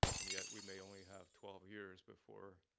and yet we may only have twelve years before